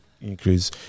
increase